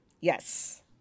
Yes